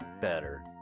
better